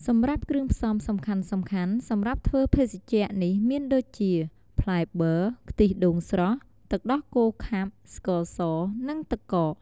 សម្រាប់គ្រឿងផ្សំសំខាន់ៗសម្រាប់ធ្វើភេសជ្ជៈនេះមានដូចជា ផ្លែប័រ ខ្ទិះដូងស្រស់ ទឹកដោះគោខាប់ ស្ករស និងទឹកកក។